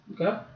Okay